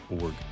org